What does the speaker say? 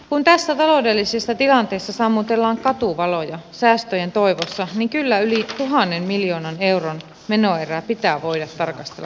kun tässä taloudellisessa tilanteessa sammutellaan katuvaloja säästöjen toivossa niin kyllä yli tuhannen miljoonan euron menoerää pitää voida tarkastella kriittisesti